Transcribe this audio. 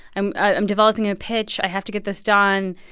i'm i'm developing a pitch. i have to get this done.